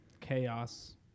chaos